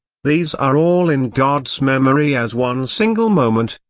these are all in god's memory as one single moment,